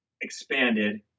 expanded